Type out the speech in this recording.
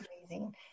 amazing